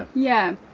yeah,